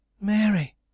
Mary